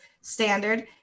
standard